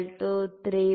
60 5 3